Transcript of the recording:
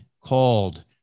called